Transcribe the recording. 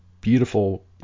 beautiful